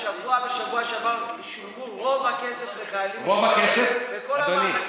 השבוע ובשבוע שעבר שולם רוב הכסף לחיילים משוחררים וכל המענקים.